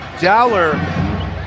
Dowler